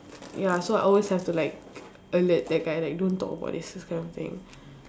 ya so I always have to like alert that guy like don't talk about this this kind of thing